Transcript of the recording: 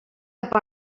cap